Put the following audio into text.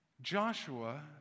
Joshua